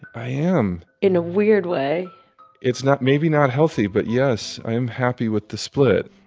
i am in a weird way it's not maybe not healthy, but, yes, i am happy with the split.